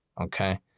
Okay